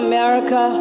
America